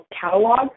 Catalog